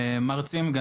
מרצים.